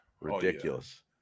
Ridiculous